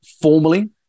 formally